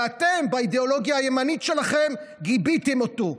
ואתם, באידיאולוגיה הימנית שלכם, גיביתם אותו.